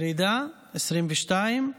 ירידה ב-2022,